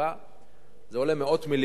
זה עולה מאות מיליונים בשנה,